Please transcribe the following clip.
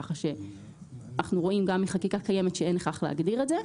כך שאנחנו רואים גם מחקיקה קיימת שאין הכרח להגדיר את זה.